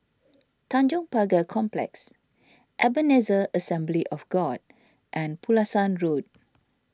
Tanjong Pagar Complex Ebenezer Assembly of God and Pulasan Road